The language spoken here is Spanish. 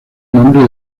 nombre